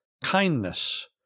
kindness